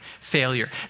failure